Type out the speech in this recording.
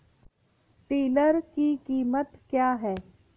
Tiller की कीमत क्या है?